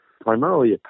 primarily